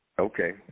Okay